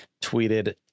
tweeted